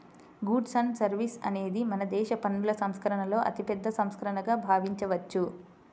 goods and services అనేది మనదేశ పన్నుల సంస్కరణలలో అతిపెద్ద సంస్కరణగా భావించవచ్చు